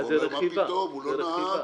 רכיבה.